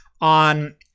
on